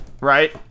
right